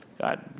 God